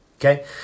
Okay